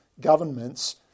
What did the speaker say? governments